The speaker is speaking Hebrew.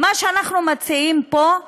מה שאנחנו מציעים פה זה